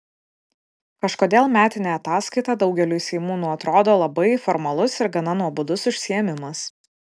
kažkodėl metinė ataskaita daugeliui seimūnų atrodo labai formalus ir gana nuobodus užsiėmimas